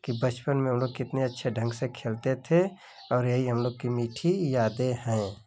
कि बचपन में हम लोग कितने अच्छे ढंग से खेलते थे और यही हम लोग कि मीठी यादें हैं